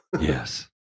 Yes